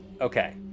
Okay